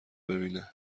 ببینه